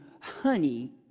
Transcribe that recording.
honey